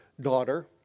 daughter